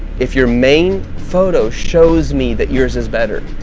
if your main photo shows me that yours is better,